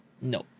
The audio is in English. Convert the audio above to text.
no